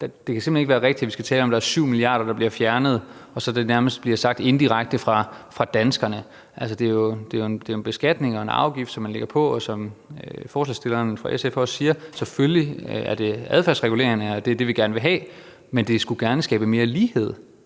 det kan simpelt hen ikke være rigtigt, at vi skal tale om, at det er 7 mia. kr., der bliver fjernet, og det bliver så nærmest sagt indirekte, fra danskerne. Altså, det er jo en beskatning og en arveafgift, som man lægger på. Og som forslagsstillerne fra SF også siger, er det selvfølgelig adfærdsregulerende, og det er det, man gerne vil have, men det skulle gerne skabe mere lighed